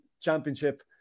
championship